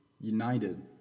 United